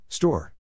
Store